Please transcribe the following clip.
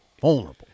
Vulnerable